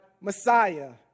Messiah